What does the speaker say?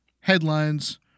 headlines